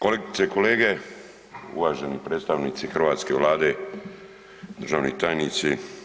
Kolegice i kolege, uvaženi predstavnici hrvatske vlade, državni tajnici.